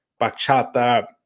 bachata